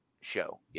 show